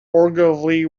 ogilvy